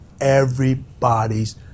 Everybody's